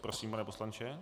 Prosím, pane poslanče.